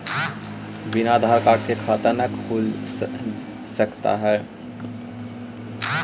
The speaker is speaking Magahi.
बिना आधार कार्ड के खाता न खुल सकता है?